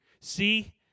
See